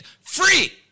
free